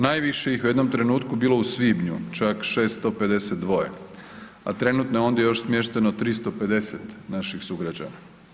Najviše ih je u jednom trenutku bilo u svibnju čak 652, a trenutno je ondje još smješteno 350 naših sugrađana.